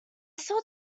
saw